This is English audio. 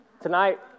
Tonight